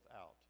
out